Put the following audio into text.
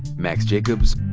max jacobs,